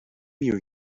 your